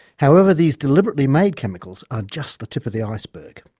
however these deliberately-made chemicals are just the tip of the iceberg.